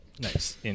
Nice